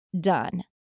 done